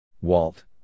Walt